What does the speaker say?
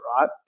right